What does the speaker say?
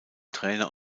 trainer